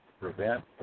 prevent